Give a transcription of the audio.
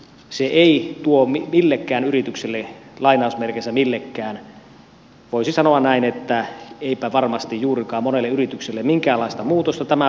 se ei tuo millekään yritykselle voisi sanoa näin että eipä varmasti juurikaan monelle yritykselle minkäänlaista muutosta tämän päivän käytäntöön